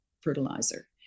fertilizer